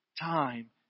time